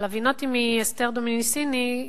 אבל הבינותי מגברת אסתר דומיניסיני,